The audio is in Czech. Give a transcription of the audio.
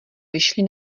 vyšli